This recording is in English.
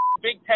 Big